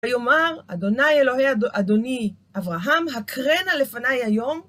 ויאמר, ה' אלוהי אדוני אברהם, הקרא נא לפניי היום